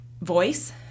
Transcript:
voice